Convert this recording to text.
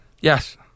Yes